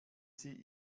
sie